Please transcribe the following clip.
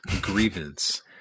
Grievance